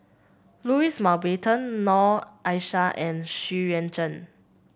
Louis Mountbatten Noor Aishah and Xu Yuan Zhen